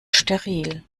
steril